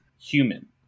human